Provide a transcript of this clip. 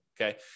okay